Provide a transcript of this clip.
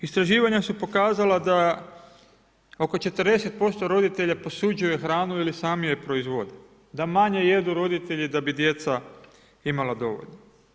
Istraživanja su pokazala da oko 40% roditelja posuđuje hranu ili je sami proizvode da manje jedu roditelji da bi djeca imala dovoljno.